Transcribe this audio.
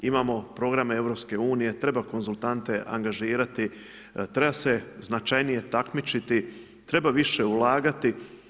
Imamo programe EU, treba konzultante angažirati, treba se značajnije takmičiti, treba više ulagati.